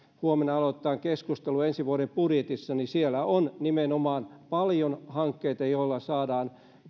huomenna aloitetaan keskustelu ensi vuoden budjetista niin siellä on nimenomaan paljon väylähankkeita joilla saadaan